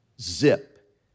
Zip